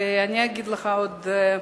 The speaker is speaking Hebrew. ואגיד לך עוד: